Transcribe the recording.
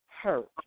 hurt